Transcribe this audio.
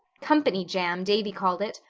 company jam, davy called it.